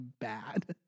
bad